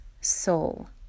soul